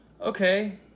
Okay